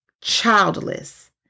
Childless